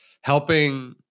helping